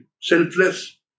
selfless